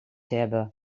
hebben